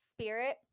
spirit